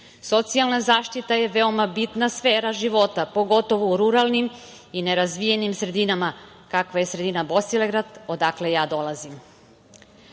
potrebna. Socijalna zaštita je veoma bitna sfera života, pogotovo u ruralnim i nerazvijenim sredinama, kakva je sredina Bosilegrad, odakle ja dolazim.